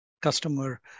customer